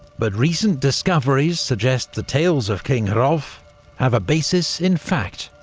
but recent discoveries suggest the tales of king hrolf have a basis in fact.